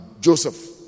Joseph